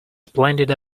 splendid